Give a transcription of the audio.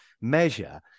measure